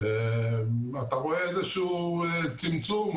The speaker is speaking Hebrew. אתה רואה איזשהו צמצום,